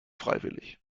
freiwillig